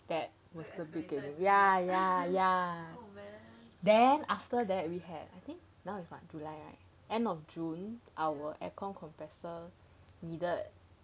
that was the beginning ya ya ya then after that we had I think now is what july right end of june our air con compressor needed